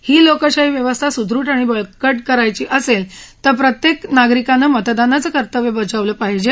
ही लोकशाही व्यवस्था सद्रढ आणि बळकट करायची असेल तर प्रत्येक नागरिकानं मतदानाचे कर्तव्य बजावलं पाहिजे